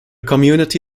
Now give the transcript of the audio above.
community